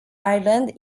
ireland